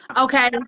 Okay